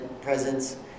presence